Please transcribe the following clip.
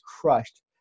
crushed